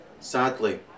Sadly